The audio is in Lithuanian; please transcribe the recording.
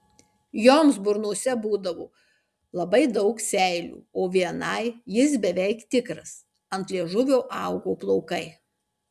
joms burnose būdavo labai daug seilių o vienai jis beveik tikras ant liežuvio augo plaukai